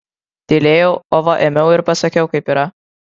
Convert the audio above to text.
tylėjau o va ėmiau ir pasakiau kaip yra